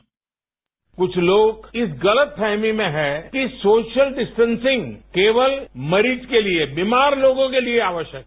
क्छ लोग इस गलतफहमी में है कि सोशल डिस्टेंसिंग केवल मरीज के लिए बीमार लोगों के लिए आवश्यक है